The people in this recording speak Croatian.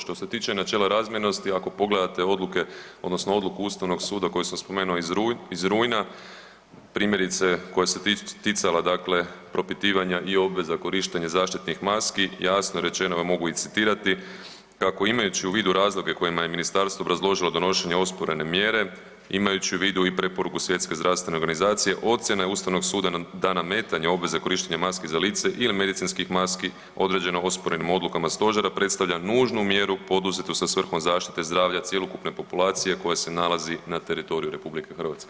Što se tiče načela razmjernosti ako pogledate odluke odnosno odluku Ustavnog suda koju sam spomenuo iz rujna primjerice koja se ticala dakle propitivanja i obveza korištenja zaštitnih maski jasno je rečeno, a mogu i citirati kako imajući u vidu razloga kojima je ministarstvo obrazložilo donošenje osporene mjere, imajući u vidu i preporuku Svjetske zdravstvene organizacije ocjena je Ustavnog suda da nametanje obveze korištenja maski za lice ili medicinskih maski određeno osporenim odlukama stožera predstavlja nužnu mjeru poduzeti sa svrhom zaštite zdravlja cjelokupne populacije koja se nalazi na teritoriju RH.